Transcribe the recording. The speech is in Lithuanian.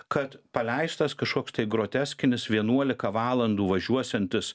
kad paleistas kažkoks tai groteskinis vienuolika valandų važiuosiantis